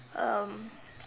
um